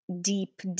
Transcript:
deep